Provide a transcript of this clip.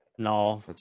No